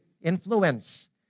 influence